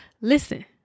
Listen